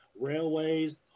railways